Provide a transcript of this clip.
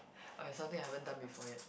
I have something I haven't done before yet